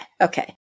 okay